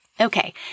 Okay